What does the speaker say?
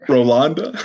Rolanda